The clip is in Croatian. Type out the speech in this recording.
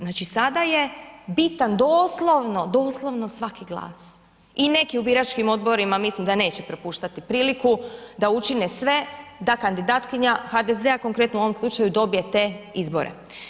Znači sada je bitan doslovno, doslovno svaki glas i neki u biračkim odborima mislim da neće propuštati priliku da učine sve da kandidatkinja HDZ-a, konkretno u ovom slučaju dobije te izbore.